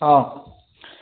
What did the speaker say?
অঁ